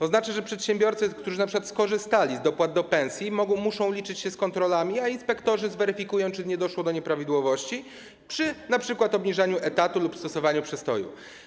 To znaczy, że przedsiębiorcy, którzy np. skorzystali z dopłat do pensji, muszą liczyć się z kontrolami, a inspektorzy zweryfikują, czy nie doszło do nieprawidłowości przy np. obniżaniu wymiaru etatu lub stosowaniu przestoju.